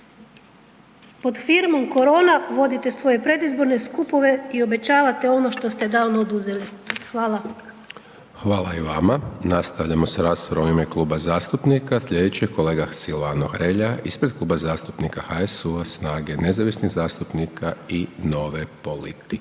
pod firmom korona vodite svoje predizborne skupove i obećavate ono što ste davno oduzeli. Hvala. **Hajdaš Dončić, Siniša (SDP)** Hvala i vama. Nastavljamo s raspravom u ime kluba zastupnika, slijedeći je kolega Silvano Hrelja ispred Kluba zastupnika HSU-a, SNAGA-e, nezavisnih zastupnika i Nove politike.